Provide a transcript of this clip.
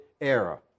era